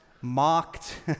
mocked